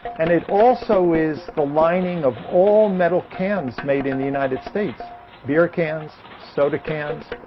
and it also is the lining of all metal cans made in the united states beer cans, soda cans,